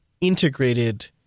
integrated